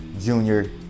junior